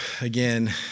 again